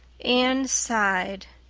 anne sighed.